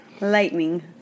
Lightning